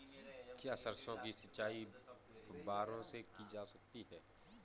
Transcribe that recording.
क्या सरसों की सिंचाई फुब्बारों से की जा सकती है?